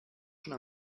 schon